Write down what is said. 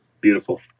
Beautiful